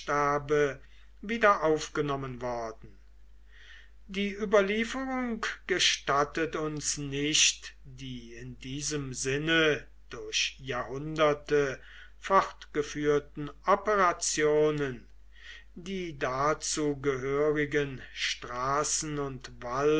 wieder aufgenommen worden die überlieferung gestattet uns nicht die in diesem sinne durch jahrhunderte fortgeführten operationen die dazu gehörigen straßen und